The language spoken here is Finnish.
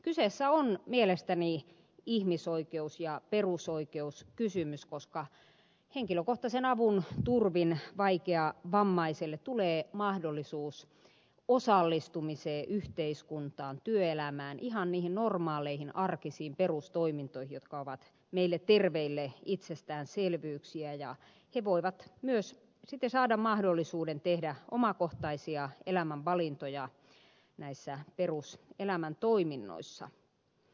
kyseessä on mielestäni ihmisoikeus ja perusoikeuskysymys koska henkilökohtaisen avun turvin vaikeavammaiselle tulee mahdollisuus osallistumiseen yhteiskuntaan työelämään ihan niihin normaaleihin arkisiin perustoimintoihin jotka ovat meille terveille itsestäänselvyyksiä ja he voivat myös sitten saada mahdollisuuden tehdä omakohtaisia elämänvalintoja näissä peruselämäntoiminnoissa